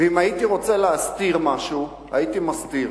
ואם הייתי רוצה להסתיר משהו, הייתי מסתיר.